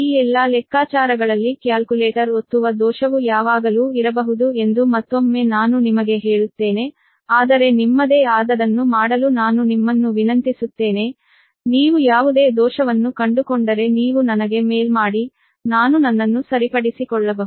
ಈ ಎಲ್ಲಾ ಲೆಕ್ಕಾಚಾರಗಳಲ್ಲಿ ಕ್ಯಾಲ್ಕುಲೇಟರ್ ಒತ್ತುವ ಎರರ್ ಯಾವಾಗಲೂ ಇರಬಹುದು ಎಂದು ಮತ್ತೊಮ್ಮೆ ನಾನು ನಿಮಗೆ ಹೇಳುತ್ತೇನೆ ಆದರೆ ನಿಮ್ಮದೇ ಆದದನ್ನು ಮಾಡಲು ನಾನು ನಿಮ್ಮನ್ನು ವಿನಂತಿಸುತ್ತೇನೆ ನೀವು ಯಾವುದೇ ಎರರ್ ಅನ್ನು ಕಂಡುಕೊಂಡರೆ ನೀವು ನನಗೆ ಮೇಲ್ ಮಾಡಿ ನಾನು ನನ್ನನ್ನು ಸರಿಪಡಿಸಿಕೊಳ್ಳಬಹುದು